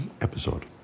episode